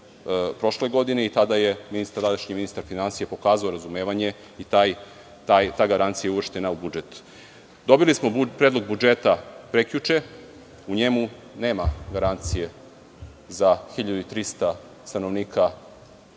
prošle godine. I tada je tadašnji ministar finansija pokazao razumevanje. Ta garancija je uvrštena u budžet. Dobili smo Predlog budžeta prekjuče. U njemu nema garancije 1.300 stanovnika naselja